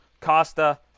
Costa